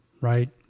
right